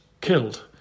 killed